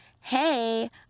hey